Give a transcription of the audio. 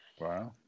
Wow